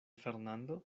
fernando